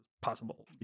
possible